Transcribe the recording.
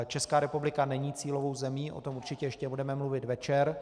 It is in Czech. Česká republika není cílovou zemí, o tom určitě ještě budeme mluvit večer.